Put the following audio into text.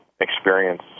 experience